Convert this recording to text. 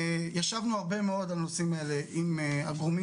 ישבנו הרבה מאוד על הנושאים האלה עם הגורמים